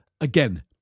again